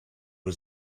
was